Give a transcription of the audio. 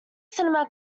cinema